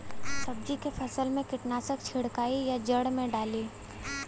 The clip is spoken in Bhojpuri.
सब्जी के फसल मे कीटनाशक छिड़काई या जड़ मे डाली?